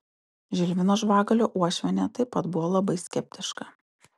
žilvino žvagulio uošvienė taip pat buvo labai skeptiška